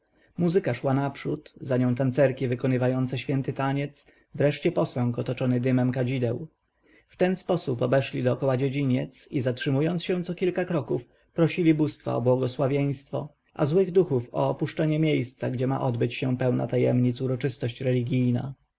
muzyka szła naprzód za nią tancerki wykonywające święty taniec wreszcie posąg otoczony dymem kadzideł w ten sposób obeszli dokoła dziedziniec i zatrzymując się co kilka kroków prosili bóstwa o błogosławieństwo a złych duchów o opuszczenie miejsca gdzie ma odbyć się pełna tajemnic uroczystość religijna